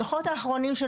הדוחות האחרונים של